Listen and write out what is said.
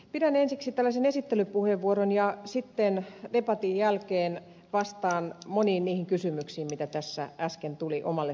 pidän ensiksi tällaisen esittelypuheenvuoron ja sitten debatin jälkeen vastaan moniin niihin kysymyksiin mitä tässä äsken tuli omalle sektorilleni